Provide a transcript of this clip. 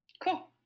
Cool